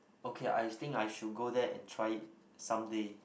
okay I think I should go there and try it someday